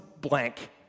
blank